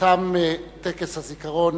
תם טקס הזיכרון